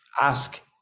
Ask